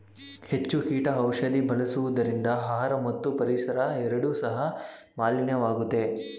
ಹೆಚ್ಚು ಕೀಟ ಔಷಧಿ ಬಳಸುವುದರಿಂದ ಆಹಾರ ಮತ್ತು ಪರಿಸರ ಎರಡು ಸಹ ಮಾಲಿನ್ಯವಾಗುತ್ತೆ